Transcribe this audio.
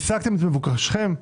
השגתם את מבוקשכם,